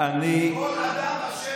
כל אדם באשר הוא אדם.